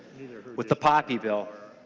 with the poppe bill.